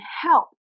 help